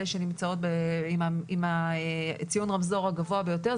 אלה שנמצאות עם ציון הרמזור הגבוה ביותר,